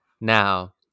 Now